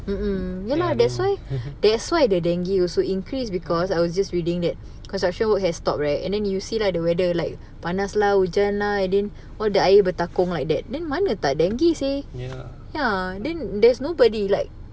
mm mm ya lah that's why that's why the dengue also increase because I was just reading that construction work has stopped right and then you see lah the weather like panas lah hujan lah then all the air bertakung like that then mana tak dengue seh ya then there's nobody like